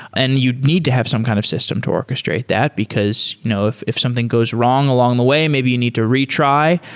and you need to have some kind of system to orchestrate that because if if something goes wrong along the way, maybe you need to retry.